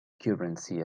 currency